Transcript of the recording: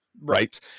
right